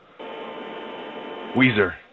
Weezer